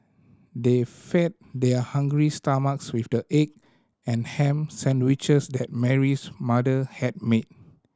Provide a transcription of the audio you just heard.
they fed their hungry stomachs with the egg and ham sandwiches that Mary's mother had made